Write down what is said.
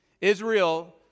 Israel